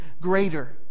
greater